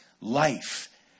life